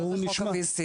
מה זה חוק ה-VC?